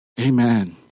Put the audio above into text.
Amen